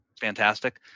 fantastic